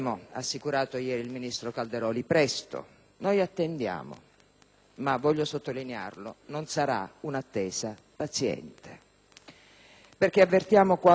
- voglio sottolinearlo - non sarà un'attesa paziente perché avvertiamo quanto mutilo sia per questo motivo il nostro ragionare di oggi.